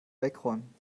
wegräumen